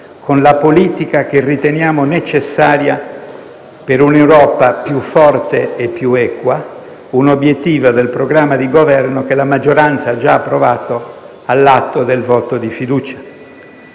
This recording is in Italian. con la politica che riteniamo necessaria per un'Europa più forte e più equa, un obiettivo del programma di Governo che la maggioranza ha già approvato all'atto del voto di fiducia.